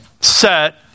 set